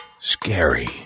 Scary